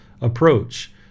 approach